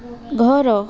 ଘର